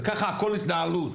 וככה הכל התנהלות,